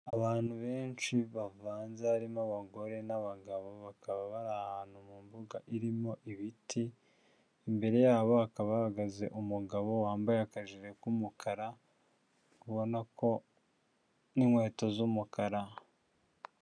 Abantu benshi bavanze harimo abagore n'abagabo bakaba bari ahantu mu mbuga irimo ibiti imbere yabo hakaba hahagaze umugabo wambaye akajire k'umukara ubona ko n'inkweto z'umukara.